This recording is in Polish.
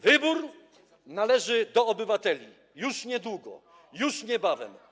Wybór należy do obywateli, już niedługo, już niebawem.